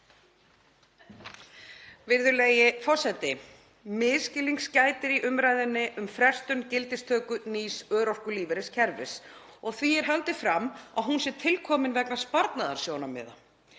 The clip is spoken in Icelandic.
Virðulegi forseti. Misskilnings gætir í umræðunni um frestun gildistöku nýs örorkulífeyriskerfis en því er haldið fram að hún sé til komin vegna sparnaðarsjónarmiða.